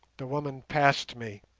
the woman passed me,